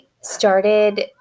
started